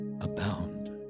abound